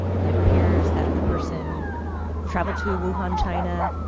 it appears that the person traveled to wuhan, china,